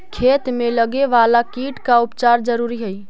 खेत में लगे वाला कीट का उपचार जरूरी हई